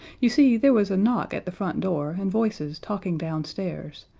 you see, there was a knock at the front door and voices talking downstairs,